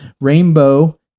rainbow